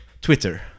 Twitter